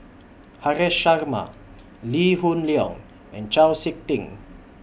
Haresh Sharma Lee Hoon Leong and Chau Sik Ting